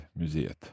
museet